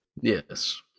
yes